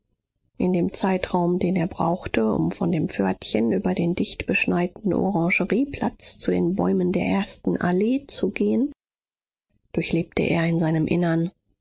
in dem zeitraum den er brauchte um von dem pförtchen über den dichtbeschneiten orangerieplatz zu den bäumen der ersten allee zu gehen durchlebte er in seinem innern